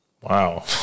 Wow